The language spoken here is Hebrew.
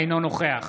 אינו נוכח